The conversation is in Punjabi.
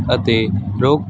ਅਤੇ ਰੋਕ